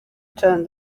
turn